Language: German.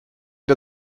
der